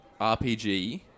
RPG